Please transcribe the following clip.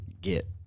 get